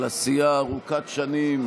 על עשייה ארוכת שנים,